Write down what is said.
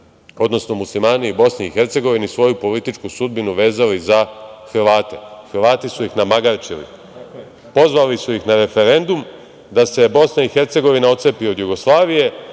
odnosno muslimani u BiH svoju političku sudbinu vezali za Hrvate. Hrvati su ih namagarčili. Pozvali su ih na referendum da se BiH otcepi od Jugoslavije,